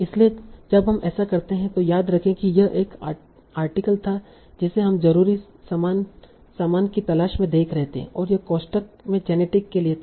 इसलिए जब हम ऐसा करते हैं तो याद रखें कि यह वह आर्टिकल था जिसे हम जरूरी सामान की तलाश में देख रहे थे और यह कोष्ठक में जेनेटिक के लिए था